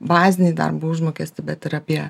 bazinį darbo užmokestį bet ir apie